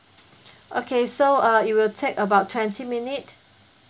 okay so uh it will take about twenty minute